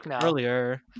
earlier